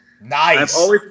Nice